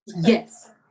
Yes